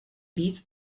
víc